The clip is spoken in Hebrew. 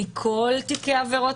מכל תיקי עבירות